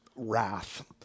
wrath